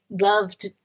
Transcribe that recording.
loved